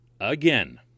Again